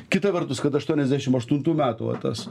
kita vertus kad aštuoniasdešim aštuntų metų va tas